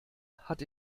hat